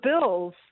Bills